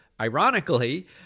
ironically